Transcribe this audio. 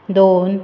दोन